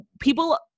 people